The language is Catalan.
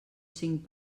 cinc